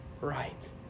right